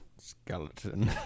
Skeleton